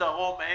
היא